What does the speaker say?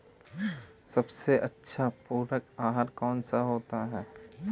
सबसे अच्छा पूरक आहार कौन सा होता है?